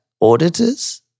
auditors